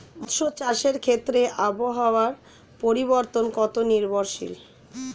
মৎস্য চাষের ক্ষেত্রে আবহাওয়া পরিবর্তন কত নির্ভরশীল?